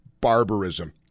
barbarism